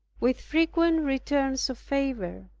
with frequent returns of fever.